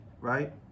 right